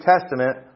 Testament